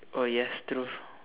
oh yes true